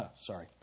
sorry